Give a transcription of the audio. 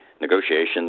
negotiations